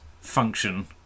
function